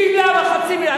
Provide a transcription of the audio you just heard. מלה וחצי מלה,